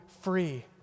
free